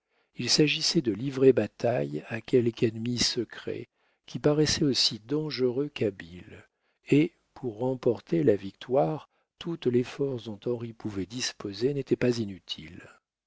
il s'agissait de livrer bataille à quelque ennemi secret qui paraissait aussi dangereux qu'habile et pour remporter la victoire toutes les forces dont henri pouvait disposer n'étaient pas inutiles